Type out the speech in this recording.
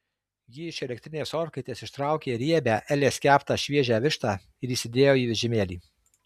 ji iš elektrinės orkaitės ištraukė riebią elės keptą šviežią vištą ir įsidėjo į vežimėlį